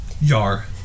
Yar